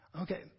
Okay